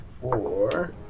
four